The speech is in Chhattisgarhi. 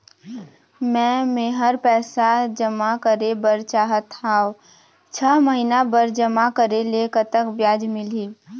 मे मेहर पैसा जमा करें बर चाहत हाव, छह महिना बर जमा करे ले कतक ब्याज मिलही?